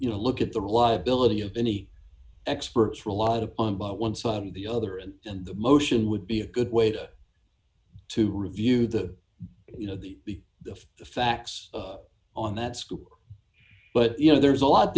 you know look at the reliability of any experts relied upon by one side or the other in motion would be a good way to review the you know the facts on that scoop but you know there's a lot